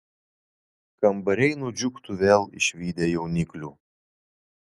kambariai nudžiugtų vėl išvydę jauniklių